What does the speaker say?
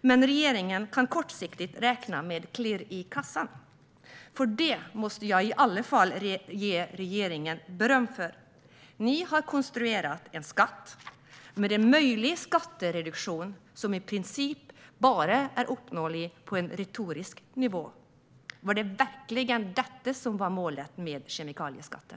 men regeringen kan kortsiktigt räkna med klirr i kassan. Jag måste i alla fall ge regeringen beröm för att ni har konstruerat en skatt med en möjlig skattereduktion som i princip bara är uppnåelig på en retorisk nivå. Var det verkligen detta som var målet med kemikalieskatten?